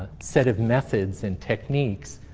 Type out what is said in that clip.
set of methods, and techniques,